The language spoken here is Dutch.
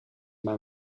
mijn